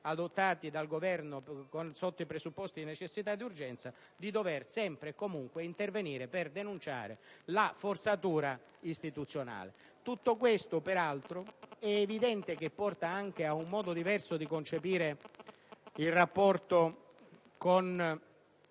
adottati dal Governo sotto i presupposti di necessità ed urgenza, di dover sempre e comunque intervenire per denunciare la forzatura istituzionale. Tutto questo, peraltro, porta anche ad un modo diverso di concepire il rapporto tra